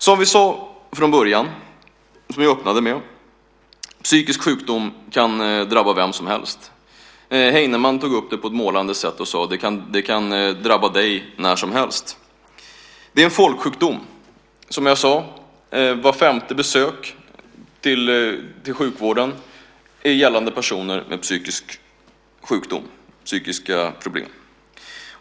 Som jag sade från början kan psykisk sjukdom drabba vem som helst. Heinemann tog upp det på ett målande sätt och sade: "Det kan drabba dig när som helst." Det är en folksjukdom. Var femte besök till sjukvården gäller personer med psykiska problem.